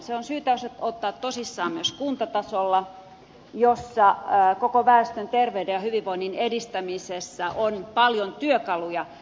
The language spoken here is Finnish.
se on syytä ottaa tosissaan myös kuntatasolla jossa koko väestön terveyden ja hyvinvoinnin edistämisessä on paljon työkaluja